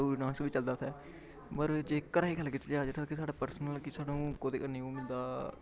Dogri dance बी चलदा उत्थै मगर जे घरै दी गल्ल कीती जाऽ जित्थै कि साढ़ा पर्सनल कि सानूं कोह्दे कन्नै ओह् मिलदा